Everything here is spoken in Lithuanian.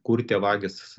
kur tie vagys